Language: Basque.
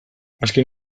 azken